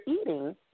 eating